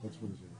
סדרי עולם